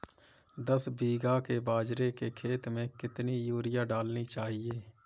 दस बीघा के बाजरे के खेत में कितनी यूरिया डालनी चाहिए?